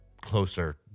closer